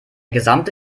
gesamte